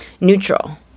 neutral